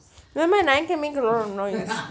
never mind I can make a lot of noise